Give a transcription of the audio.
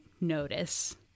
notice